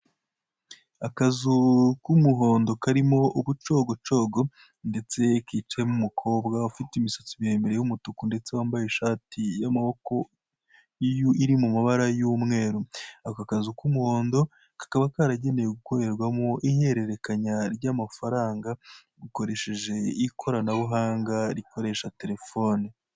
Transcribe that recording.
Akazu k'umuhondo karimo ubucogocogo ndetse kicayemo umukobwa ufite imisatsi miremire y'umutuku ndetse wambaye ishati y'amaboko iri mu mabara y'umweru, aka kazu k'umuhondo kakaba karagenewe gukorerwamo ihererekanya ry'amafanga rikoresheje ikoranabuhanga rikoresha terefone.